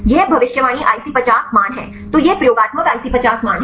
यह भविष्यवाणी IC50 मान है तो यह प्रयोगात्मक IC50 मान है